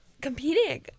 competing